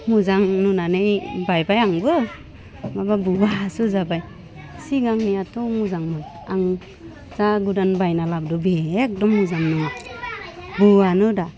मोजां नुनानै बायबाय आंबो माबा बुवासो जाबाय सिगांनियाथ' मोजांमोन आं दा गोदान बायना लाबोदों बे एकदम मोजां नङा बैवानो दा